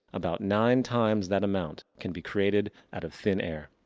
about nine times that amount can be created out of thin air.